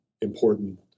important